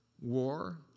War